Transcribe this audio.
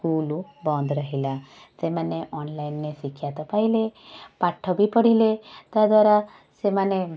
school ବନ୍ଦ ରହିଲା ସେମାନେ ଅନଲାଇନ୍ରେ ଶିକ୍ଷା ତ ପାଇଲେ ପାଠ ବି ପଢ଼ିଲେ ତା'ଦ୍ଵାରା ସେମାନେ